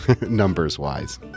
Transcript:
numbers-wise